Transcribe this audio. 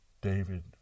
David